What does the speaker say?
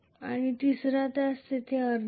आणि तिसरा ज्यास तेथे अर्धा नाही